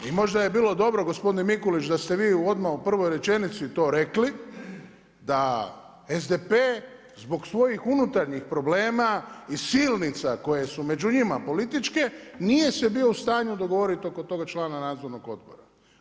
I možda je bilo dobro gospodine Mikulić da ste vi odmah u prvoj rečenici to rekli, da SDP zbog svojih unutarnjih problema i silnica koje su među njima, političke, nije se bio u stanju govoriti oko toga člana nadzornog odbora.